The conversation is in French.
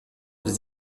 des